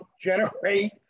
generate